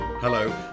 Hello